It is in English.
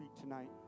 tonight